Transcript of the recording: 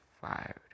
fired